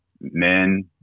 men